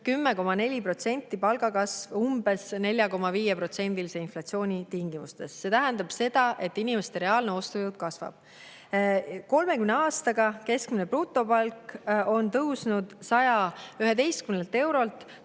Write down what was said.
10,4% umbes 4,5%‑lise inflatsiooni tingimustes. See tähendab, et inimeste reaalne ostujõud kasvab. 30 aastaga on keskmine brutopalk tõusnud 111 eurolt